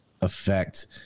affect